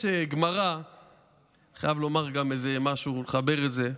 אני חייב לומר גם משהו כדי לחבר את זה.